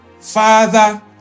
father